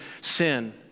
sin